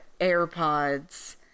AirPods